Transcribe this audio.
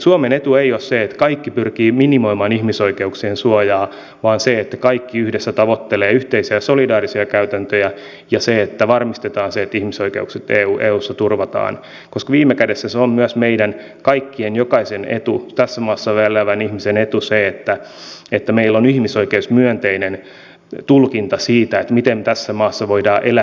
suomen etu ei ole se että kaikki pyrkivät minimoimaan ihmisoikeuksien suojaa vaan se että kaikki yhdessä tavoittelevat yhteisiä solidaarisia käytäntöjä ja se että varmistetaan se että ihmisoikeudet eussa turvataan koska viime kädessä se on myös jokaisen tässä maassa elävän ihmisen etu että meillä on ihmisoikeusmyönteinen tulkinta siitä miten tässä maassa voidaan elää ja asua